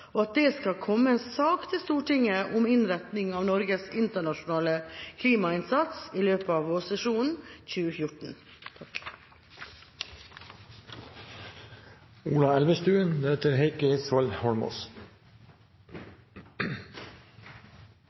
og at det skal komme en sak til Stortinget om «innretting av Norges internasjonale klimainnsats i løpet av vårsesjonen 2014».